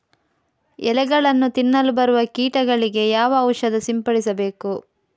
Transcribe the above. ಎಲೆಗಳನ್ನು ತಿನ್ನಲು ಬರುವ ಕೀಟಗಳಿಗೆ ಯಾವ ಔಷಧ ಸಿಂಪಡಿಸಬೇಕು?